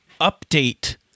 update